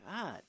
God